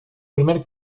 primer